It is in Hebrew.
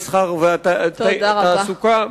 המסחר והתעסוקה.